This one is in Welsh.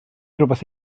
rhywbeth